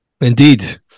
Indeed